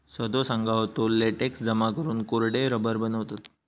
सदो सांगा होतो, लेटेक्स जमा करून कोरडे रबर बनवतत